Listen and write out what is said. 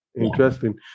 Interesting